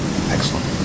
Excellent